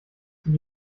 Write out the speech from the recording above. sie